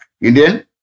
Indian